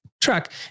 track